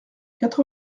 quatre